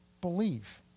believe